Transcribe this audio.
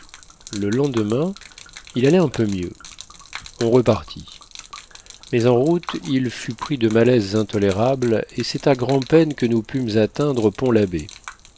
le lendemain il allait un peu mieux on repartit mais en route il fut pris de malaises intolérables et c'est à grand'peine que nous pûmes atteindre pont labbé